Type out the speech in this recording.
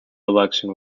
election